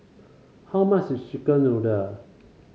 how much is chicken noodle